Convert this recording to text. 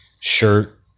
shirt